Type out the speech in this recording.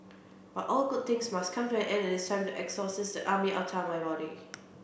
but all good things must come to an end and it's time to exorcise the army outta my body